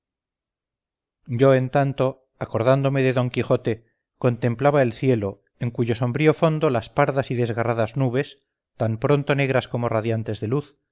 yo en tanto acordándome de d quijote contemplaba el cielo en cuyo sombrío fondo las pardas y desgarradas nubes tan pronto negras como radiantesde luz